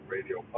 Radio